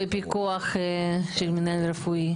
בפיקוח של מנהל רפואי?